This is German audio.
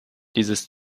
dieses